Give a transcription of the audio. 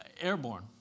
airborne